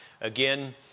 Again